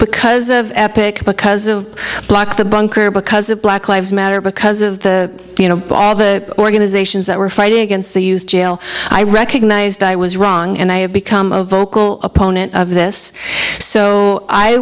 because of epic because of black the bunker because of black lives matter because of the you know all the organizations that were fighting against the use jail i recognized i was wrong and i have become a vocal opponent of this so i